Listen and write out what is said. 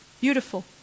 Beautiful